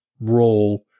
role